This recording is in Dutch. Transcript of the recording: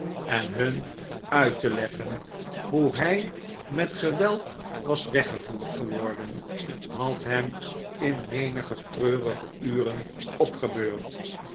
en hun uit te leggen hoe hij met geweld was weggevoerd geworden had hem in menige treurige uren opgebeurd